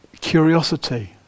curiosity